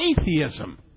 atheism